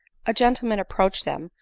a gentleman approached them,